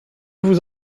vous